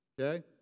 Okay